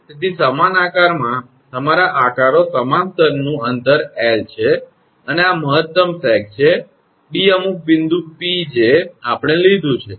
તેથી સમાન આકારમાં તમારા આકારો સમાન સ્તરનું અંતર 𝐿 છે અને આ મહત્તમ સેગ છે 𝑑 અમુક બિંદુ 𝑃 જે આપણે લીધું છે